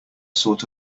sort